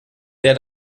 der